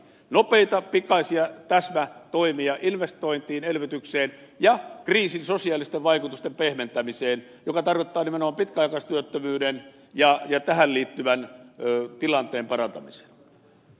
nopeita pikaisia täsmätoimia investointiin elvytykseen ja kriisin sosiaalisten vaikutusten pehmentämiseen joka tarkoittaa nimenomaan pitkäaikaistyöttömyyden ja tähän liittyvän tilanteen parantamista